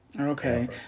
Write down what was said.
Okay